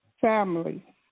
family